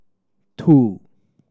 two